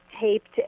taped